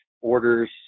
orders